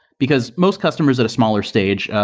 because most customers at a smaller stage,